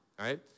right